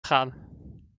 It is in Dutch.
gaan